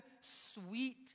sweet